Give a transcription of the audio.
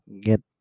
get